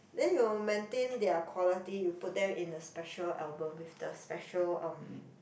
then you maintain their quality you put them in a special album with the special um